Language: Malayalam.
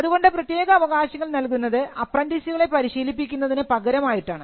അതുകൊണ്ട് പ്രത്യേക അവകാശങ്ങൾ നൽകുന്നത് അപ്പ്രന്റിസുകളെ പരിശീലിപ്പിക്കുന്നതിന് പകരമായിട്ടാണ്